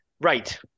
Right